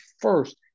first